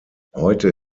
heute